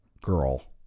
girl